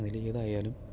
അതില് ഏതായാലും